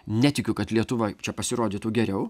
netikiu kad lietuva čia pasirodytų geriau